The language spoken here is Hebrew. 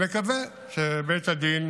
נקווה שבית הדין